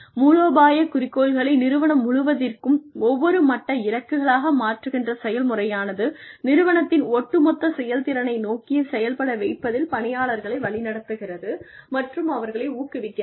மூலோபாய குறிக்கோள்களை நிறுவனம் முழுவதிற்கும் ஒவ்வொரு மட்ட இலக்குகளாக மாற்றுகின்ற செயல்முறையானது நிறுவனத்தின் ஒட்டுமொத்த செயல்திறனை நோக்கிச் செயல்பட வைப்பதில் பணியாளர்களை வழிநடத்துகிறது மற்றும் அவர்களை ஊக்குவிக்கிறது